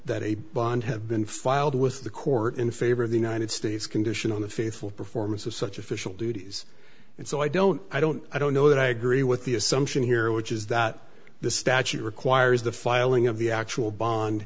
that a bond have been filed with the court in favor of the united states condition on the faithful performance of such official duties and so i don't i don't i don't know that i agree with the assumption here which is that the statute requires the filing of the actual bond